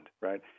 right